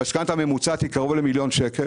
והמשכנתא הממוצעת היא קרוב למיליון שקל